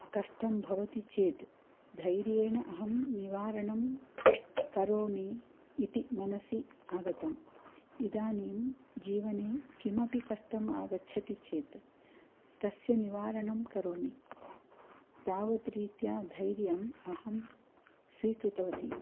कष्टं भवति चेत् धैर्येण अहं निवारणं करोमि इति मनसि आगतम् इदानीं जीवने किमपि कष्टम् आगच्छति चेत् तस्य निवारणं करोमि तावद्रीत्या धैर्यम् अहं स्वीकृतवती